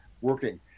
working